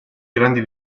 grandi